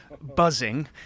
buzzing